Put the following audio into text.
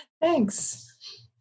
Thanks